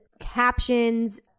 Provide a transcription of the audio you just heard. captions